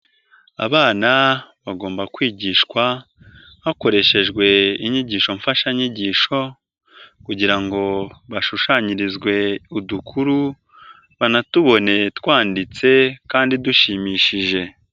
Abana bagomba kwigishwa hakoreshejwe inyigisho mfashanyigisho, kugira ngo bashushanyirizwe udukuru, banatubone twanditse kandi dushimishije.